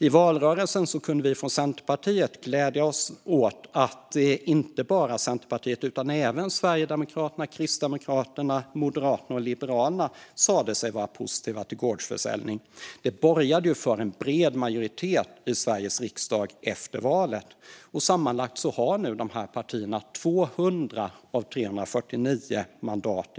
I valrörelsen kunde vi med glädje notera att inte bara Centerpartiet utan även Sverigedemokraterna, Kristdemokraterna, Moderaterna och Liberalerna sa sig vara positiva till gårdsförsäljning. Det borgade för en bred majoritet i Sveriges riksdag efter valet, och sammanlagt har nu dessa partier 200 av 349 mandat.